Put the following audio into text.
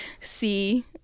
see